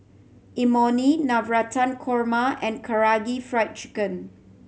Imoni Navratan Korma and Karaage Fried Chicken